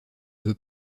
veut